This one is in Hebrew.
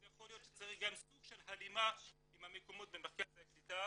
אז יכול להיות שצריך גם סוג של הלימה עם המקומות במרכזי קליטה